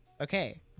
Okay